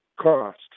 cost